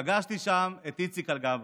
פגשתי שם את איציק אלגבי,